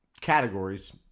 categories